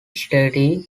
statue